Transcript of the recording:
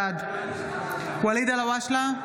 בעד ואליד אלהואשלה,